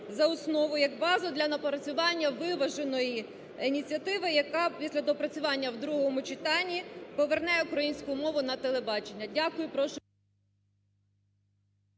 за основу як базу для напрацювання виваженої ініціативи, яка після доопрацювання в другому читанні поверне українську мову на телебачення. Дякую,